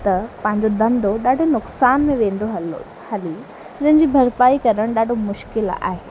त पंहिंजो धंधो ॾाढो नुक़सानु में वेंदो हलो हली जंहिंजी भरपाई करणु ॾाढो मुश्किलु आहे